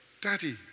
Daddy